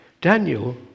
Daniel